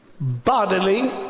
bodily